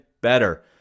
better